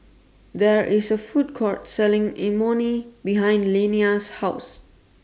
There IS A Food Court Selling Imoni behind Liana's House